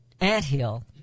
anthill